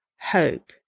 hope